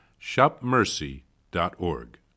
shopmercy.org